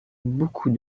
beaucoup